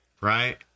Right